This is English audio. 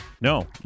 No